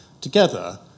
together